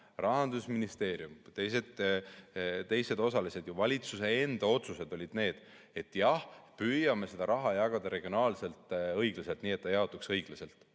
Rahandusministeeriumi, teiste osaliste, valitsuse enda otsused olid need, et jah, püüame seda raha jagada regionaalselt õiglaselt, nii et see jaotuks õiglaselt.